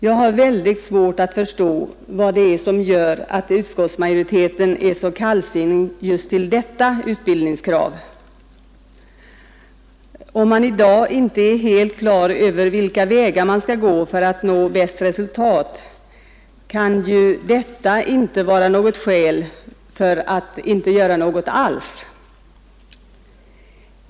Jag har väldigt svårt att förstå vad det är som gör att utskottsmajoriteten är så kallsinnig just till detta utbildningskrav. Om man i dag inte är helt på det klara med vilka vägar man skall gå för att nå det bästa resultatet, kan ju detta inte vara ett skäl för att inte göra något alls.